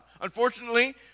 Unfortunately